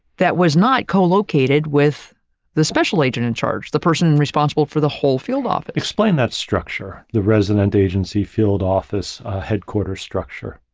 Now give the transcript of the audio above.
that was not co located with the special agent in charge the person responsible for the whole field office. explain that structure, the resident agency field office headquarters structure.